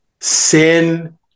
sin